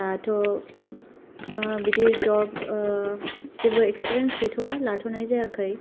दाथ' बिदि जब जेबो एक्सपिरिय्नस गैथआ लाथनाय जायाखै